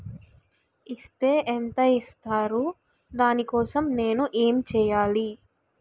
Is తే ఎంత ఇస్తారు దాని కోసం నేను ఎంచ్యేయాలి?